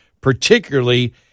particularly